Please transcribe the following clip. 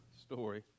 story